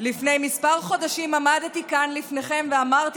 לפני כמה חודשים עמדתי כאן לפניכם ואמרתי